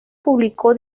publicó